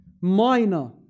minor